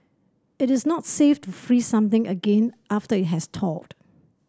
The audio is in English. it is not safe to freeze something again after it has thawed